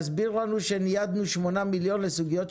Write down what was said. הנהלת הרלב"ד ולעמוד מאחוריה.